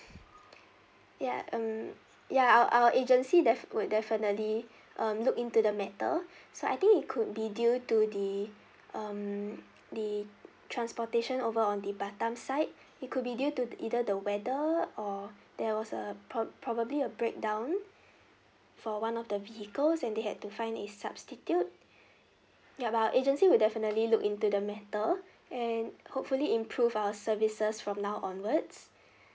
ya um ya our our agency deaf~ would definitely um look into the matter so I think it could be due to the um the transportation over on the batam side it could be due to either the weather or there was a prob~ probably a breakdown for one of the vehicle and they had to find its substitute ya our agency would definitely look into the matter and hopefully improve our services from now onwards